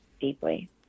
deeply